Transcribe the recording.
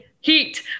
heat